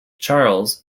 charles